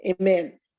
amen